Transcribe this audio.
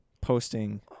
posting